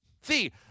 see